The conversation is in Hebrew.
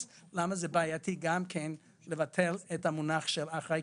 למה זה בעייתי גם לבטל את המונח של "אחראי",